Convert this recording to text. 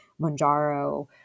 Monjaro